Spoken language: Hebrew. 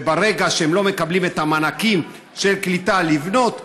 וברגע שלא מקבלים את המענקים של קליטה לבנות,